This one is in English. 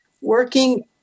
working